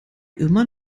immer